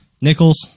nickels